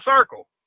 circle